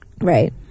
Right